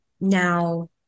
now